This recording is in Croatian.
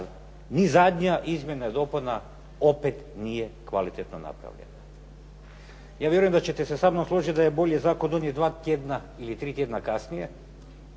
ni zadnja izmjena i dopuna opet nije kvalitetno napravljena. Ja vjerujem da ćete se sa mnom složiti da je bolje zakon donijeti dva tjedna ili tri tjedna kasnije,